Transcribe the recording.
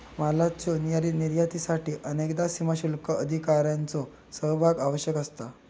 मालाच्यो निर्यातीसाठी अनेकदा सीमाशुल्क अधिकाऱ्यांचो सहभाग आवश्यक असता